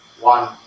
one